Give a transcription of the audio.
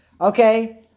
okay